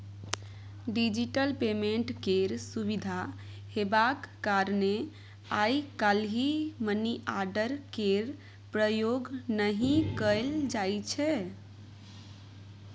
digital payment केर सुविधा हेबाक कारणेँ आइ काल्हि मनीआर्डर केर प्रयोग नहि कयल जाइ छै